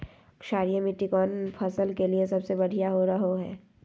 क्षारीय मिट्टी कौन फसल के लिए सबसे बढ़िया रहो हय?